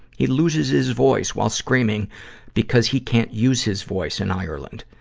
he loses his voice while screaming because he can't use his voice in ireland.